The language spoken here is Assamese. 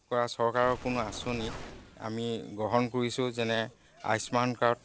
কৰা চৰকাৰৰ কোনো আঁচনি আমি গ্ৰহণ কৰিছোঁ যেনে আয়ুস্মান কাৰ্ড